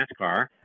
NASCAR